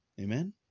Amen